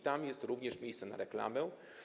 Tam jest również miejsce na reklamę.